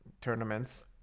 tournaments